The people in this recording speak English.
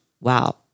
Wow